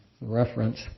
reference